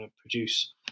produce